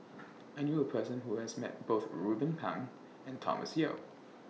I knew A Person Who has Met Both Ruben Pang and Thomas Yeo